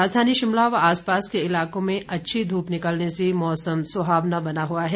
राजधानी शिमला व आसपास के इलाकों में अच्छी ध्रप निकलने से मौसम सुहावना बना हुआ है